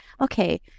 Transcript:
okay